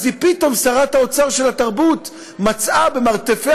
פתאום שרת האוצר של התרבות מצאה במרתפי